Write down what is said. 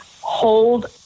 hold